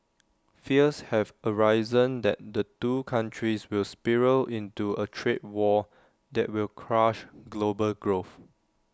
fears have arisen that the two countries will spiral into A trade war that will crush global growth